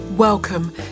Welcome